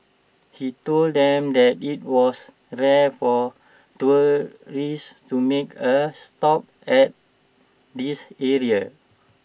he told them that IT was rare for tourists to make A stop at this area